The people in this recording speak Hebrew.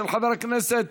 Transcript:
של חברי הכנסת